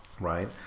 right